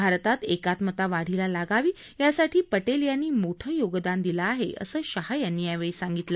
भारतात एकात्मता वाढीला लागावी यासाठी पटेल यांनी मोठं योगदान दिलं आहे असं शाह यांनी सांगितलं